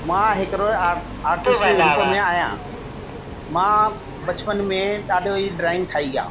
मां हिकिड़ो आहे आर्टिस्ट जे रूप में आहियां मां बचपन में ॾाढो ई ड्राईंग ठाही आहे